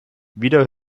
wieder